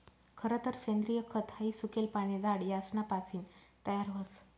खरतर सेंद्रिय खत हाई सुकेल पाने, झाड यासना पासीन तयार व्हस